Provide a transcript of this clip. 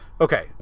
Okay